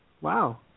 Wow